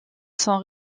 sont